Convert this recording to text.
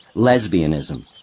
lesbianism.